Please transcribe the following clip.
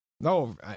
No